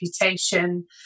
reputation